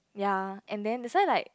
ya and then that's why like